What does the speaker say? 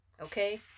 okay